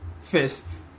first